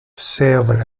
servent